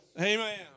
Amen